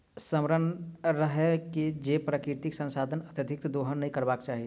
स्मरण रहय जे प्राकृतिक संसाधनक अत्यधिक दोहन नै करबाक चाहि